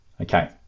Okay